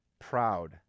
proud